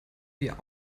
wir